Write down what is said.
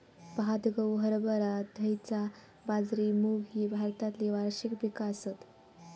भात, गहू, हरभरा, धैंचा, बाजरी, मूग ही भारतातली वार्षिक पिका आसत